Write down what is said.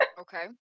Okay